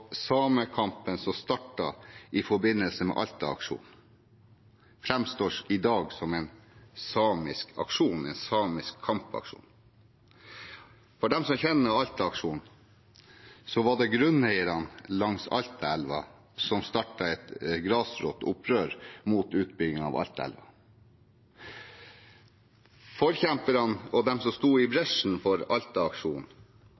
samekampen som startet i forbindelse med Alta-aksjonen, framstår i dag som en samisk aksjon, en samisk kampaksjon. For dem som kjenner Alta-aksjonen, var det grunneierne langs Altaelva som startet et grasrotopprør mot utbygging av Altaelva. Forkjemperne og de som sto i